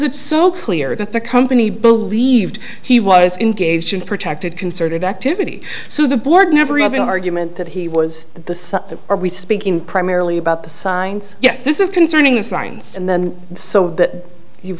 it's so clear that the company believed he was engaged in protected concerted activity so the board never having an argument that he was the son are we speaking primarily about the signs yes this is concerning the signs and then so that you've